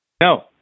No